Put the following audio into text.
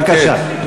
בבקשה.